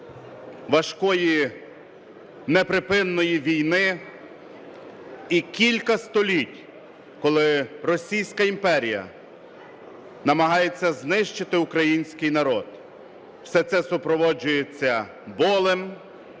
важкої неприпинної війни і кілька століть, коли Російська імперія намагається знищити український народ. Все це супроводжується болем,